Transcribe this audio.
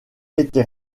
été